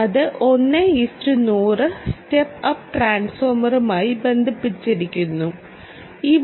അത് 1 100 step up ട്രാൻസ്ഫോർമറുമായി ബന്ധിപ്പിക്കേണ്ടതുണ്ട്